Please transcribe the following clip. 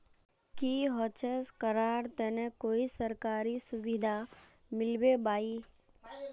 की होचे करार तने कोई सरकारी सुविधा मिलबे बाई?